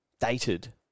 dated